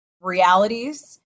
realities